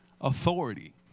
authority